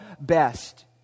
best